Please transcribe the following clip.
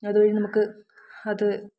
അതുവഴി നമുക്ക് അത്